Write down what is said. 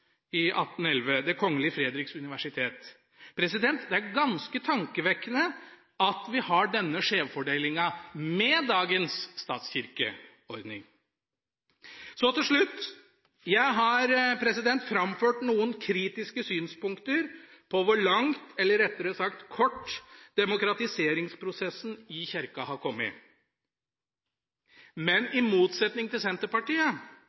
i 1811 – Det Kongelige Frederiks Universitet. Det er ganske tankevekkende at vi har denne skjevfordelinga med dagens statskirkeordning. Så til slutt: Jeg har framført noen kritiske synspunkter på hvor langt – eller rettere sagt kort – demokratiseringsprosessen i Kirka har kommet. I motsetning til Senterpartiet